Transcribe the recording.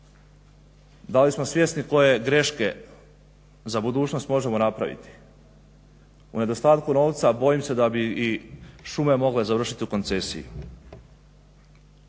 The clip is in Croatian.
Da li smo svjesni koje greške za budućnost možemo napraviti? U nedostatku novca bojim se da bi i šume mogle završiti u koncesiji.